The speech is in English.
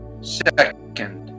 second